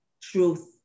truth